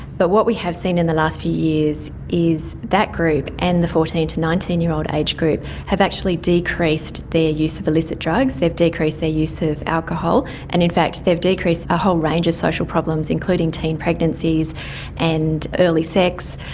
but what we have seen in the last few years is that group and the fourteen to nineteen year old age group have actually decreased their use of illicit drugs, they've decreased their use of alcohol. and in fact they've decreased a whole range of social problems, including teen pregnancies and early sex,